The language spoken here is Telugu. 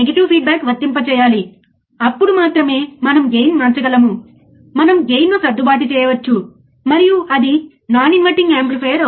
మల్టీమీటర్ ఉపయోగించి మనం ఏది సంపాదించినా నేను అదే విలువను తెరపై ఉన్న పట్టికలో ఉంచినట్లయితే